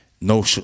no